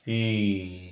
ಈ